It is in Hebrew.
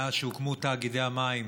מאז שהוקמו תאגידי המים